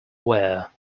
wear